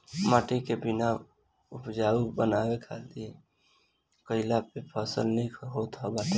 माटी के बिना उपजाऊ बनवले खेती कईला पे फसल निक ना होत बाटे